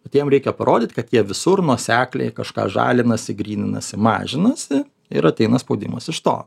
bet jiem reikia parodyt kad jie visur nuosekliai kažką žalinasi gryninasi mažinasi ir ateina spaudimas iš to